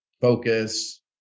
focus